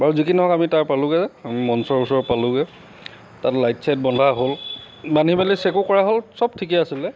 বাৰু যি কি নহওক আমি তাৰ পালোঁগৈ যে আমি মঞ্চৰ ওচৰ পালোঁগৈ তাত লাইট চাইট বন্ধা হ'ল বান্ধি মেলি চেকো কৰা হ'ল সব ঠিকেই আছিলে